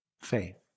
faith